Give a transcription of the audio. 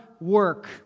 work